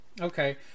Okay